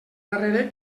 darrere